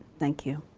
thank you.